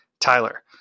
Tyler